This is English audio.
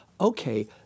okay